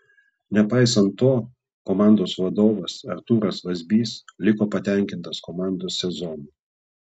nepaisant to komandos vadovas artūras vazbys liko patenkintas komandos sezonu